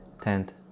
Tenth